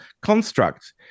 construct